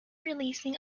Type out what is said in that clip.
releasing